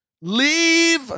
leave